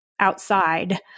outside